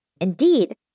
Indeed